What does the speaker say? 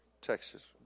Texas